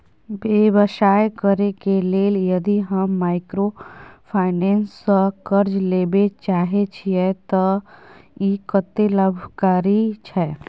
व्यवसाय करे के लेल यदि हम माइक्रोफाइनेंस स कर्ज लेबे चाहे छिये त इ कत्ते लाभकारी छै?